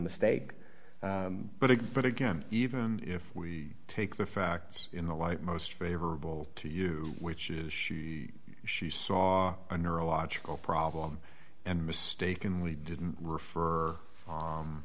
mistake but it but again even if we take the facts in the light most favorable to you which is she she saw a neurological problem and mistakenly didn't refer